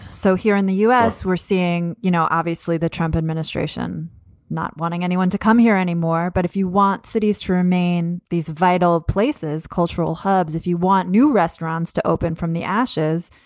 so here in the us, we're seeing, you know, obviously the trump administration not wanting anyone to come here anymore. but if you want cities to remain these vital places, cultural hubs, if you want new restaurants to open from the ashes,